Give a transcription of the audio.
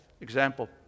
example